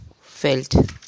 felt